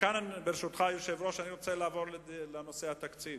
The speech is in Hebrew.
ברשותך, היושב-ראש, אני רוצה לעבור לנושא התקציב.